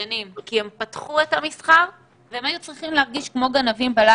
עבריינים כי הם פתחו את המסחר והם היו צריכים להרגיש כמו גנבים בלילה.